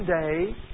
today